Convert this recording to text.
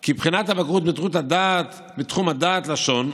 כי בחינת הבגרות בתחום הדעת לשון,